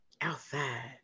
outside